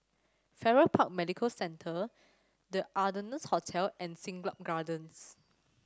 Farrer Park Medical Center The Ardennes Hotel and Siglap Gardens